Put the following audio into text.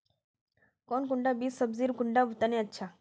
कौन कुंडा बीस सब्जिर कुंडा तने अच्छा?